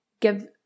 give